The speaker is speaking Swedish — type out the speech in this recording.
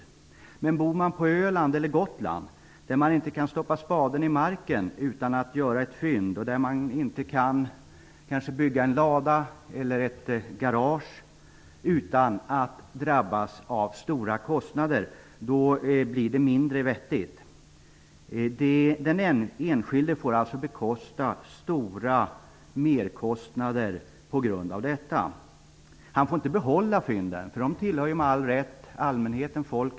Men det blir mindre vettigt om man bor på Öland eller Gotland, där man inte kan stoppa spaden i marken utan att göra ett fynd och där man kanske inte kan bygga en lada eller ett garage utan att drabbas av stora kostnader. Den enskilde får alltså betala stora merkostnader på grund av detta. Han får inte behålla fynden, för de tillhör ju med all rätt allmänheten.